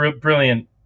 brilliant